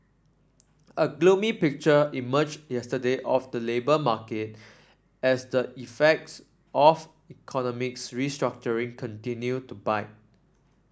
a gloomy picture emerged yesterday of the labour market as the effects of economic restructuring continue to bite